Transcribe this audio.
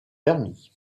permis